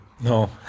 No